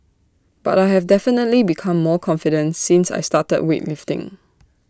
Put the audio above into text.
but I have definitely become more confident since I started weightlifting